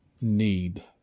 need